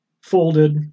folded